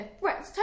right